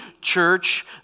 church